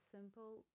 Simple